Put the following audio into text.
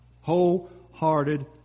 Wholehearted